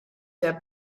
der